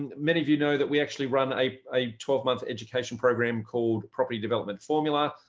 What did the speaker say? and many of you know that we actually run a twelve month education program called property development formula.